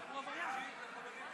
רק זכויות?